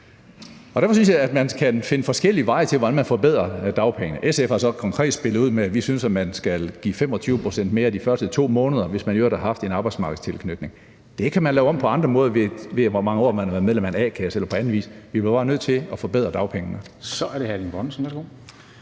Derfor synes jeg, at man kan finde forskellige veje til, hvordan man forbedrer dagpengene. SF har så konkret spillet ud med, at vi synes, at man skal give 25 pct. mere i de første 2 måneder, hvis man i øvrigt har haft en arbejdsmarkedstilknytning. Det kan man lave på andre måder, alt efter hvor mange år man har været medlem af en a-kasse eller andet. Vi bliver bare nødt til at forbedre dagpengene. Kl. 13:30 Formanden